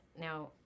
now